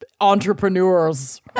entrepreneurs